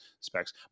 specs